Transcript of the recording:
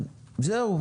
זהו.